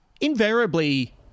invariably